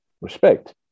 respect